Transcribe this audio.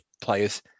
players